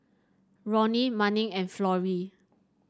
Roni Manning and Florrie